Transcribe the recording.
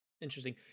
Interesting